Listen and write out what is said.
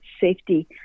safety